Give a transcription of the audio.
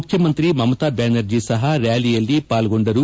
ಮುಖ್ಯಮಂತ್ರಿ ಮಮತಾ ಬ್ಲಾನರ್ಜಿ ಸಹ ರ್ಾಲಿಯಲ್ಲಿ ಪಾಲ್ಗೊಂಡರು